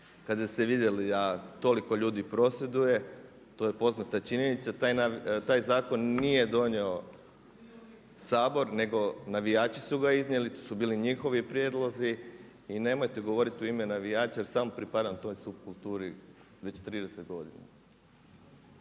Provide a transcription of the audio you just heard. kada ste vidjeli da toliko ljudi prosvjeduje, to je poznata činjenica, taj zakon nije donio Sabor nego navijači su ga iznijeli, to su bili njihovi prijedlozi. I nemojte govoriti u ime navijača jer sam pripadam toj supkulturi već 30 godina.